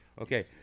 okay